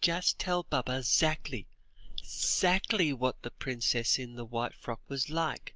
just tell baba zackly zackly what the princess in the white frock was like